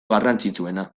garrantzitsuena